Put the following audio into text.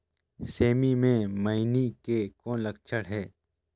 सेमी मे मईनी के कौन लक्षण हे?